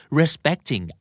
respecting